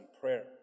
prayer